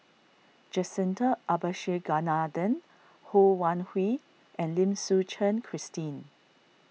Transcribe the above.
Jacintha Abisheganaden Ho Wan Hui and Lim Suchen Christine